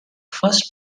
first